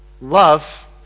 love